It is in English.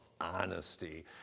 honesty